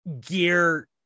gear